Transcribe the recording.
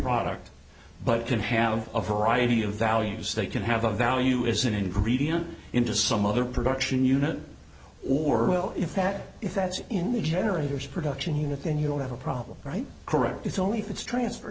product but can have a variety of values they can have a value is an ingredient into some other production unit or will if that if that's in the generators production unit then you'll have a problem right correct it's only it's transferred